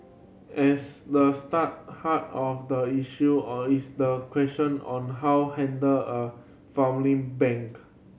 as the start heart of the issue or is the question on how handle a family bank